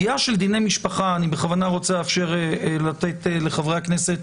אני בכוונה רוצה לאפשר לחברי הכנסת